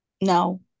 No